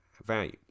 Value